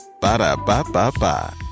Ba-da-ba-ba-ba